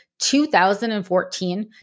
2014